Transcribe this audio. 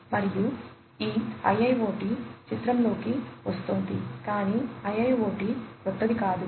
మరియు ఈ IIoT చిత్రంలోకి వస్తోంది కాని IIoT క్రొత్తది కాదు